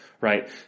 Right